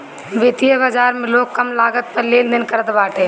वित्तीय बाजार में लोग कम लागत पअ लेनदेन करत बाटे